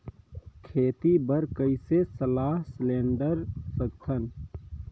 खेती बर कइसे सलाह सिलेंडर सकथन?